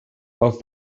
auf